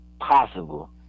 possible